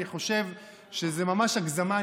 אני חושב שזו ממש הגזמה.